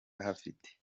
ahafite